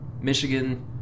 Michigan